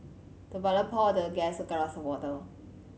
the butler poured the guest a glass of water